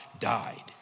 died